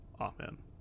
amen